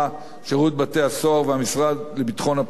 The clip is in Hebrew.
שירות בתי-הסוהר והמשרד לביטחון הפנים.